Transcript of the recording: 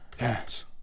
yes